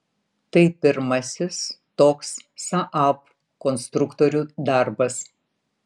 tai pirmasis toks saab konstruktorių darbas